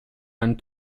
and